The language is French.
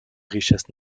richesse